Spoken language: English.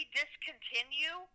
discontinue